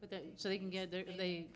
but then so they can get the